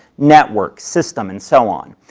network, system and so on.